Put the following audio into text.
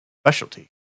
Specialty